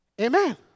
Amen